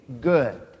good